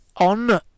on